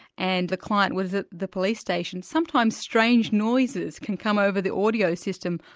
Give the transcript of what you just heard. and the client was at the police station, sometimes strange noises can come over the audio system,